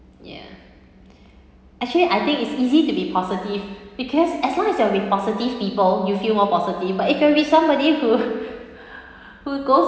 ya actually I think it's easy to be positive because as long as you're with positive people you feel more positive but if you with somebody who who goes